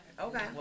Okay